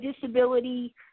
disability